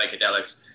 psychedelics